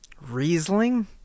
Riesling